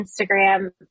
Instagram